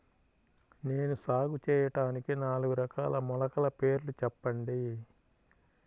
నేను సాగు చేయటానికి నాలుగు రకాల మొలకల పేర్లు చెప్పండి?